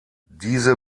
diese